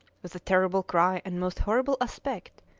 with a terrible cry and most horrible aspect,